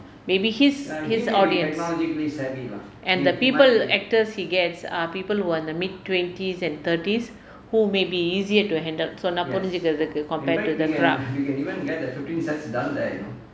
maybe his his audience and the people actors he gets are people who are in the mid twenties and thirties who may be easier to handle so not political compared to the club